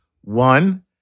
One